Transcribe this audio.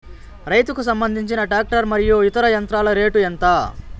రైతుకు సంబంధించిన టాక్టర్ మరియు ఇతర యంత్రాల రేటు ఎంత?